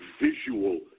visual